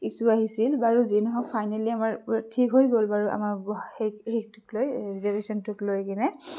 issue আহিছিল বাৰু যি নহওক ফাইনেলি আমাৰ ঠিক হৈ গ'ল বাৰু আমাৰ সেইটোক লৈ ৰিজাৰ্ভেশ্যনটোক লৈ কিনে